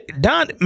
Don